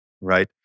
right